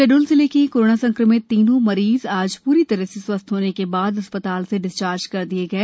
शहडोल जिले के कोरोना संक्रमित तीनों मरीज आज पूरी तरह से स्वस्थ होने के बाद अस्पताल से डिस्चार्ज कर दिए गए